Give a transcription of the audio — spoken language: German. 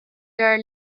der